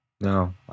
No